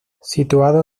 situado